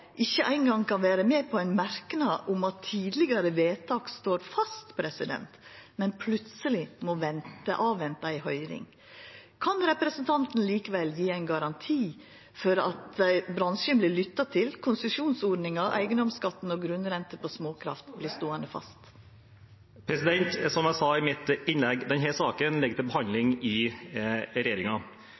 ikkje eingong kan vera med på ein merknad om at tidlegare vedtak står fast, men plutseleg må venta på ei høyring. Kan representanten likevel gje ein garanti for at bransjen vert lytta til, og at konsesjonsordninga, eigedomsskatten og grunnrenta på småkraft vert ståande fast? Som jeg sa i mitt innlegg: Denne saken ligger til behandling i